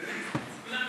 כולם צעירים.